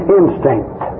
instinct